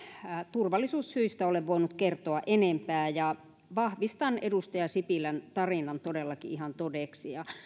turvallisuussyistä ole voinut kertoa enempää ja vahvistan edustaja sipilän tarinan todellakin ihan todeksi